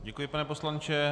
Děkuji, pane poslanče.